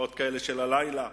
בשעות כאלה של הלילה.